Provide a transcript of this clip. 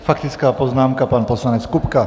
Faktická poznámka, pan poslanec Kupka.